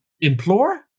implore